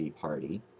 party